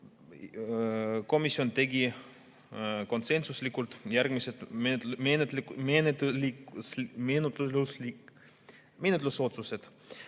Komisjon tegi konsensuslikult järgmised menetluslikud